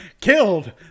killed